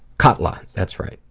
cotla, that's right.